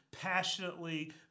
passionately